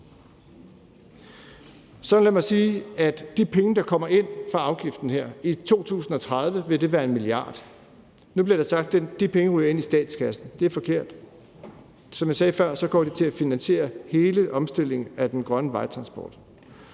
Lad mig så sige, at de penge, der kommer ind fra afgiften her, vil være 1 mia. kr. i 2030. Nu bliver der sagt, at de penge ryger ind i statskassen. Det er forkert. Som jeg sagde før, går det til at finansiere hele omstillingen af den grønne vejtransport.